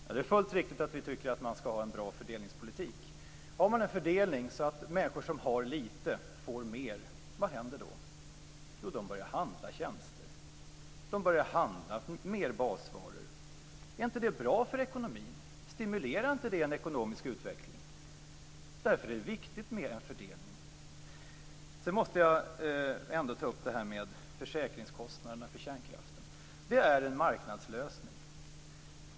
Herr talman! Det är fullt riktigt att vi tycker att man skall ha en bra fördelningspolitik. Vad händer om man har en fördelning så att människor som har lite får mer? Jo, de börjar handla tjänster och mer basvaror. Är inte det bra för ekonomin? Stimulerar inte det en ekonomisk utveckling? Därför är det viktigt med en fördelning. Sedan måste jag ta upp detta med försäkringskostnaderna för kärnkraften. Det är en marknadslösning.